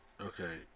Okay